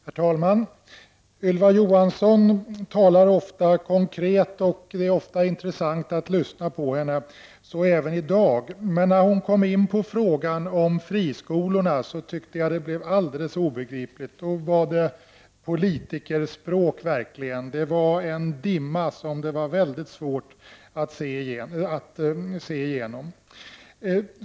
Herr talman! Ylva Johansson talar ofta konkret, och det är ofta intressant att lyssna på henne. Så även i dag. Men när hon kom in på frågan om friskolorna tyckte jag att det blev helt obegripligt. Då var det verkligen fråga om politikerspråk. Det var en dimma som det var mycket svårt att se genom.